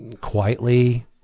Quietly